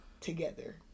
together